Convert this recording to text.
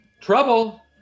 trouble